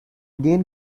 gain